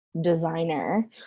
designer